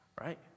right